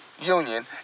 union